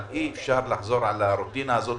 אבל אי-אפשר לחזור על הרוטינה הזאת